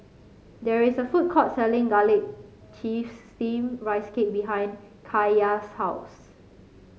there is a food court selling Garlic Chives Steamed Rice Cake behind Kaiya's house